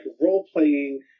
role-playing